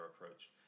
approach